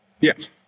Yes